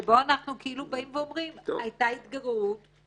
כי יכולים להיות מצבים שונים בהתאם ליסוד הנפשי בהקשר הזה.